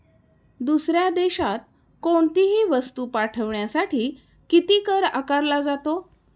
दुसऱ्या देशात कोणीतही वस्तू पाठविण्यासाठी किती कर आकारला जातो?